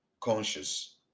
conscious